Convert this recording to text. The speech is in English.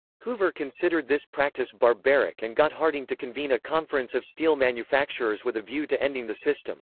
hoover considered this practice barbaric and got harding to convene a conference of steel manufacturers with a view to ending the system.